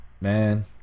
Man